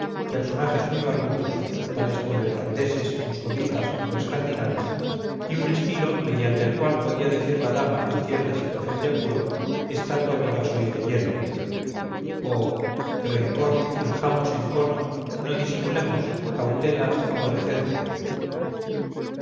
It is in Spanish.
personajes muy barbudos tales como irlandeses moscovitas o escandinavos y un estilo mediante el cual podía decir la dama en cierta situación de apuro estatua viva soy de hielo o rencor finjamos encono no disimulemos cautela favorecedme